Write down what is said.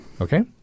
Okay